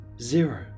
zero